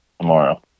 Tomorrow